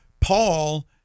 paul